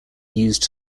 used